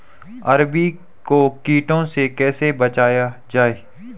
अरबी को कीटों से कैसे बचाया जाए?